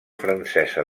francesa